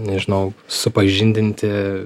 nežinau supažindinti